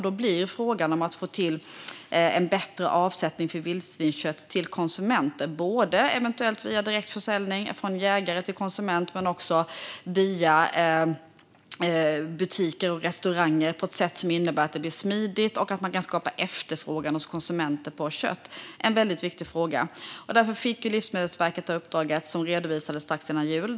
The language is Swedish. Då blir frågan om att få till en bättre avsättning för vildsvinskött till konsumenter, både eventuellt via direktförsäljning från jägare till konsument och via butiker och restauranger, så att man på ett smidigt sätt kan skapa efterfrågan hos konsumenterna, en väldigt viktig fråga. Därför fick Livsmedelsverket uppdraget som redovisades strax före jul.